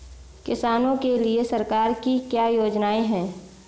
किसानों के लिए सरकार की क्या योजनाएं हैं?